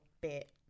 bit